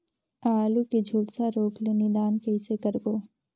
आलू के झुलसा रोग ले निदान कइसे करबो?